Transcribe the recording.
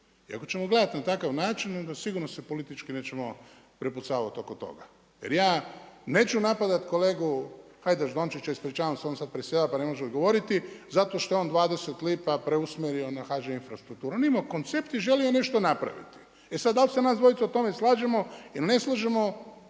I ako ćemo gledati na takav način onda sigurno se politički nećemo prepucavati oko toga. Jer ja neću napadati kolegu Hajdaš Dončića, ispričavam se on sada predsjedava pa ne može odgovoriti, zato što je on 20 lipa preusmjerio na HŽ Infrastrukturu. On je imao koncept i želio je nešto napraviti. E sada, da li se nas dvojica u tome slažemo ili ne slažemo,